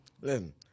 listen